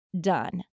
done